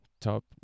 top